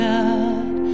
God